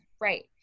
Right